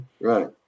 Right